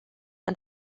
han